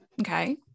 Okay